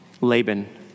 Laban